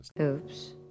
Oops